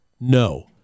no